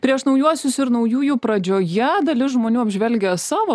prieš naujuosius ir naujųjų pradžioje dalis žmonių apžvelgia savo